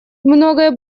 многое